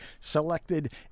selected